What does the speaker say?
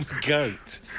goat